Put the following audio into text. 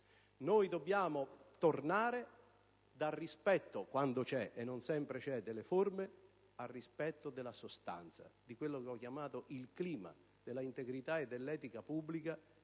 Noi dobbiamo passare dal rispetto, quando c'è - e non sempre c'è - delle forme, al rispetto della sostanza, di quello che ho chiamato il clima dell'integrità e dell'etica pubblica,